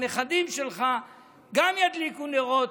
הנכדים שלך גם ידליקו נרות,